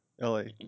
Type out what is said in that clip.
L-A